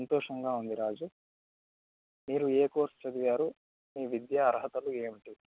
సంతోషంగా ఉంది రాజు మీరు ఏ కోర్స్ చదివారు మీ విద్యా అర్హతలు ఏమిటి